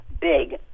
big